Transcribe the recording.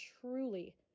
truly